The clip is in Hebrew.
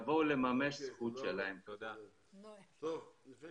שבועיים לפני